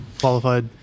qualified